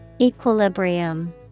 Equilibrium